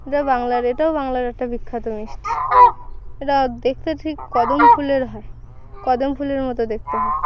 এটা বাংলার এটাও বাংলার একটা বিখ্যাত মিষ্টি এটা দেখতে ঠিক কদম ফুলের হয় কদম ফুলের মতো দেখতে হয়